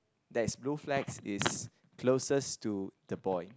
that is blue flags is closest to the boy